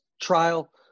trial